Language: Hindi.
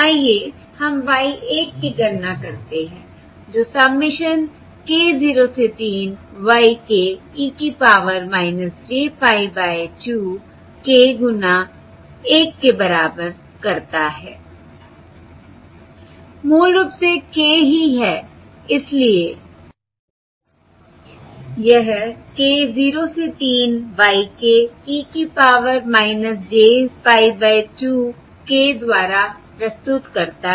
आइए हम Y 1 की गणना करते हैं जो सबमिशन k 0 से 3 y k e की power j pie by 2 k गुना 1 के बराबर करता है जो मूल रूप से k ही है इसलिए यह k 0 से 3 y k e की power j pie by 2 k द्वारा प्रस्तुत करता है